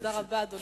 תודה רבה, אדוני.